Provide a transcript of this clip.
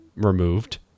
Removed